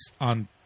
on